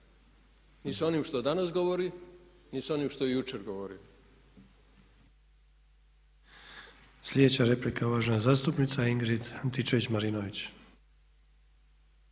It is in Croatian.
ni s onim što danas govori ni s onim što je jučer govorio. **Sanader, Ante (HDZ)** Sljedeća replika, uvažena zastupnica Ingrid Antičević Marinović.